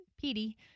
Petey